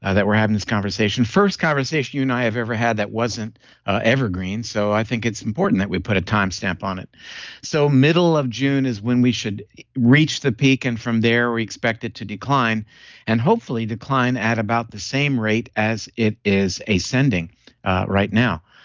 that we're having this conversation. first conversation you and i have ever had that wasn't evergreen, so i think it's important that we put a time stamp on it so middle of june is when we should reach the peak and from there we expect it to decline and hopefully decline at about the same rate as it is ascending right now.